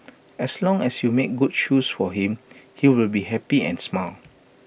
as long as you made good shoes for him he would be happy and smile